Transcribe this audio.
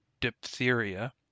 diphtheria